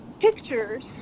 pictures